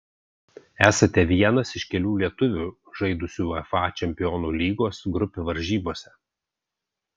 esate vienas iš kelių lietuvių žaidusių uefa čempionų lygos grupių varžybose